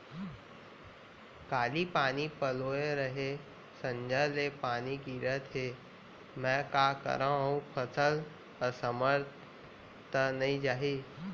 काली पानी पलोय रहेंव, संझा ले पानी गिरत हे, मैं का करंव अऊ फसल असमर्थ त नई जाही?